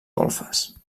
golfes